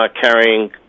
carrying